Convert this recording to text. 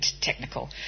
technical